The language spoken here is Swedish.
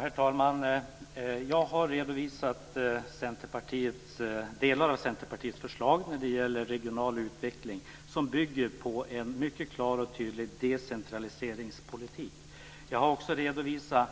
Herr talman! Jag har redovisat delar av Centerpartiets förslag när det gäller regional utveckling som bygger på en mycket klar och tydlig decentraliseringspolitik. Jag har också redovisat